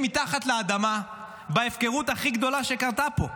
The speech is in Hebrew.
מתחת לאדמה בהפקרות הכי גדולה שקרתה פה?